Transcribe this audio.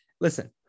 Listen